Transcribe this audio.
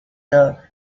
the